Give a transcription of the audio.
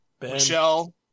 Michelle